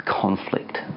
conflict